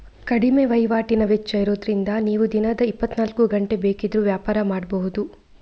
ಕಡಿಮೆ ವೈವಾಟಿನ ವೆಚ್ಚ ಇರುದ್ರಿಂದ ನೀವು ದಿನದ ಇಪ್ಪತ್ತನಾಲ್ಕು ಗಂಟೆ ಬೇಕಿದ್ರೂ ವ್ಯಾಪಾರ ಮಾಡ್ಬಹುದು